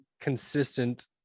consistent